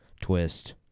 twist